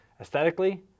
aesthetically